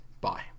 Bye